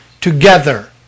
together